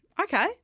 Okay